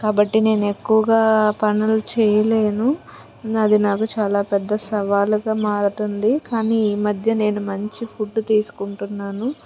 కాబట్టి నేను ఎక్కువగా పనులు చేయలేను నాది నాకు చాలా పెద్ద సవాలుగా మారుతుంది కానీ ఈ మధ్య నేను మంచి ఫుడ్ తీసుకుంటున్నాను